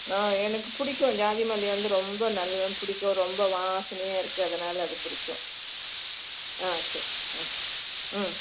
ம் எனக்கு பிடிக்கும் ஜாதிமல்லிகை வந்து ரொம்ப நல்ல பிடிக்கும் ரொம்ப வாசனையாக இருக்குது அதனால் அது பிடிக்கும் ஆ சரி ஆ ம்